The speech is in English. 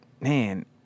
man